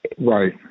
Right